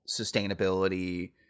sustainability